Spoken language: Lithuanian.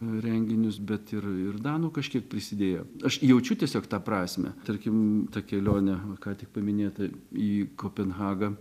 renginius bet ir ir danų kažkiek prisidėjo aš jaučiu tiesiog tą prasmę tarkim tą kelionę ką tik paminėtą į kopenhagą